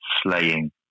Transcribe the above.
slaying